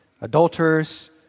adulterers